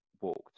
walked